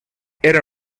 era